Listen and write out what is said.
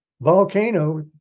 volcano